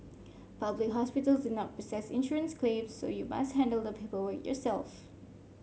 public hospitals do not process insurance claims so you must handle the paperwork yourself